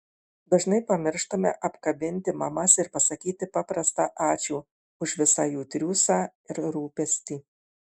dažnai pamirštame apkabinti mamas ir pasakyti paprastą ačiū už visą jų triūsą ir rūpestį